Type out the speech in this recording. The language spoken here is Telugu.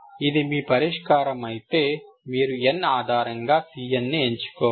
ఇది మీ పరిష్కారం అయితే మీరు n ఆధారంగా Cn ని ఎంచుకోవాలి